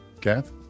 Kath